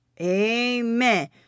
Amen